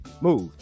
move